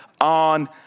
on